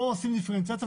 פה עושים דיפרנציאציה.